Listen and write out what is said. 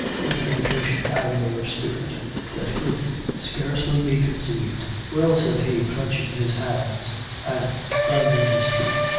with an impatient agony of spirit that could scarcely be conceived. well, said he, clenching his hands and grinding his teeth,